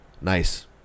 nice